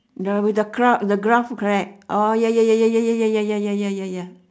ya with the gra~ the graph correct ah ya ya ya ya ya ya ya ya ya ya